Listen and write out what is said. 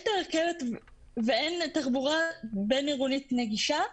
רכבת ואין תחבורה בין-עירונית נגישה,